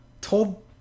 told